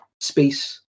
space